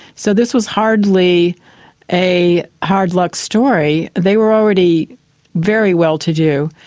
so this was hardly a hard-luck story. they were already very well-to-do.